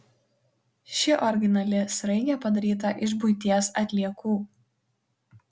ši originali sraigė padaryta iš buities atliekų